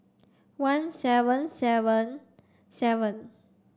one seven seven seven